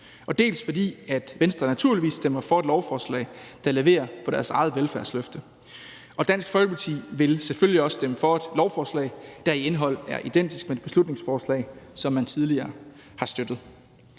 dels fordi Venstre naturligvis stemmer for et lovforslag, der leverer på deres eget velfærdsløfte. Og Dansk Folkeparti vil selvfølgelig også stemme for et lovforslag, der i indholdet er identisk med et beslutningsforslag, som man tidligere har støttet.